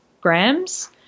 grams